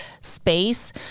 space